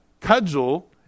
cudgel